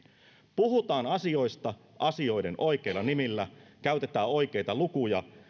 puhutaan asioista asioiden oikeilla nimillä käytetään oikeita lukuja